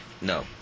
No